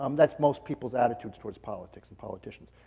um that's most people's attitude toward politics and politicians.